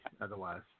otherwise